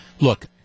look